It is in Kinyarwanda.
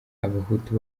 abahutu